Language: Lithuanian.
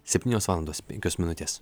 septynios valandos penkios minutės